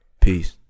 Peace